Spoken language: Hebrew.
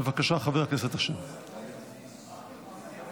בבקשה, חבר